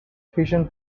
fission